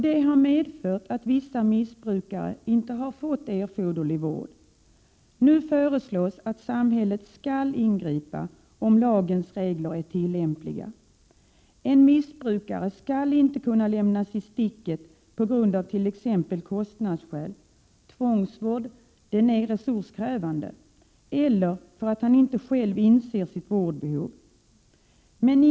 Detta har medfört att vissa missbrukare inte fått erforderlig vård. Nu föreslås att samhället skall ingripa i det fall lagens regler är tillämpliga. En missbrukare skall inte längre kunna lämnas i sticket av t.ex. kostnadsskäl — tvångsvård är ju resurskrävande — eller därför att han inte själv inser sitt behov av vård.